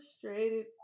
frustrated